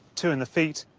two in the feet,